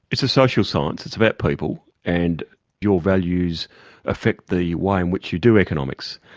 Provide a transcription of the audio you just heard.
it's a social science. it's about people. and your values affect the way in which you do economics.